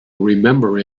remember